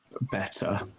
better